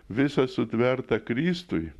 viso sutverta kristuj